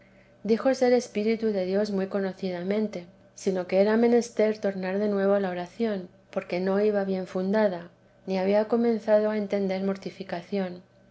ser espíritu de dios muy conocidamente sino que era menester tornar de nuevo a la oración porque no iba bien fundada ni había comenzado a entender mortificación